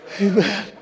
Amen